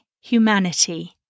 humanity